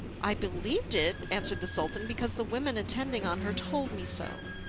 i believed it, answered the sultan, because the women attending on her told me so.